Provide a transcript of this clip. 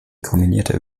kombinierte